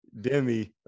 Demi